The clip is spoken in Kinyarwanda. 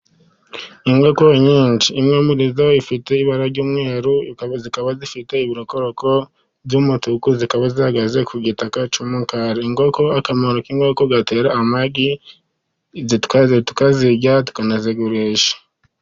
Inkoko nyinshi, imwe muri zo ifite ibara ry'umweru zikaba zifite ibirokoroko by'umutuku, zikaba zihagaze ku gitaka cy'umukara. Akamaro k'inkoko, zitera amagi tukazirya tukanazigurisha.